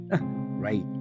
right